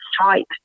Stripe